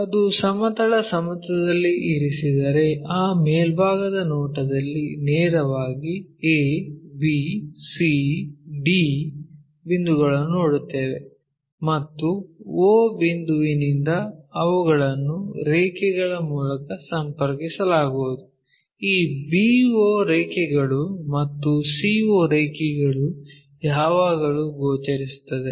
ಅದು ಸಮತಲ ಸಮತಲದಲ್ಲಿ ಇರಿಸಿದರೆ ಆ ಮೇಲ್ಭಾಗದ ನೋಟದಲ್ಲಿ ನೇರವಾಗಿ a b c d ಬಿಂದುಗಳನ್ನು ನೋಡುತ್ತೇವೆ ಮತ್ತು o ಬಿಂದುವಿನಿಂದ ಅವುಗಳನ್ನು ರೇಖೆಗಳ ಮೂಲಕ ಸಂಪರ್ಕಿಸಲಾಗುವುದು ಈ b o ರೇಖೆಗಳು ಮತ್ತು c o ರೇಖೆಗಳು ಯಾವಾಗಲೂ ಗೋಚರಿಸುತ್ತದೆ